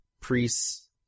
priests